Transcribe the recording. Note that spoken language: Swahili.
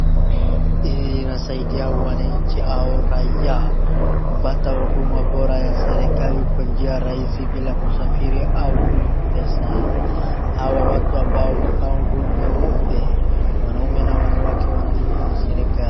Hii inasaidia wananchi au raia kupata huduma bora ya serikali kwa njia rahisi bila kusafiri au kulipa pesa. Hawa watu ambao wamevaa nguo nyeupe, wanaume na wanawake wanalipwa na serikali.